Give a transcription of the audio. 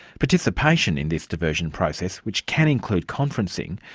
participation in this diversion process which can include conferencing,